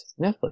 Netflix